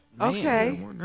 Okay